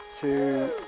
two